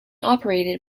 operated